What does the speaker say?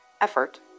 effort